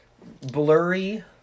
blurry